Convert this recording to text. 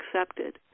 accepted